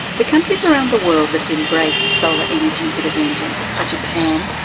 the countries around the world that have embraced solar energy with a vengeance are japan,